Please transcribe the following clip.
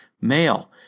male